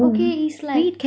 okay is like